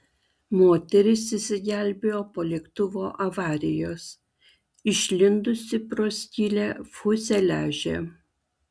moteris išsigelbėjo po lėktuvo avarijos išlindusi pro skylę fiuzeliaže